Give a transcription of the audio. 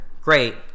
great